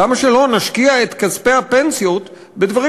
למה שלא נשקיע את כספי הפנסיות בדברים